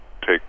take